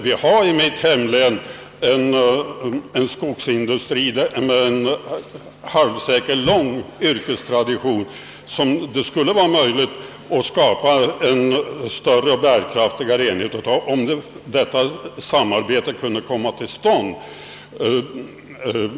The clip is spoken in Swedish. Vi har också i mitt hemlän en skogsindustri med halvsekellång yrkestradition, där det skulle vara möjligt att skapa en större och mera bärkraftig enhet, om ett sådant samarbete kunde komma till stånd.